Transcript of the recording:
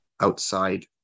outside